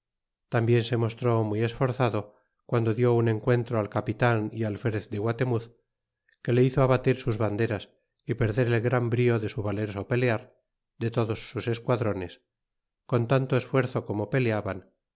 tambien se mostró muy esforzado guando diú un encuentro al capitan y alferez de guatemuz que le hizo á batir sus banderas y perder el gran brio de su valeroso pelear de todos sus esquadrones con tanto esfuerzo como peleaban